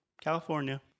California